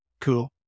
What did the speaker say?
Cool